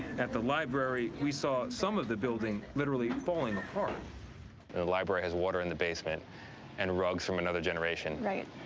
at the library, we saw some of the building literally falling apart. and the library has water in the basement and rugs from another generation. right.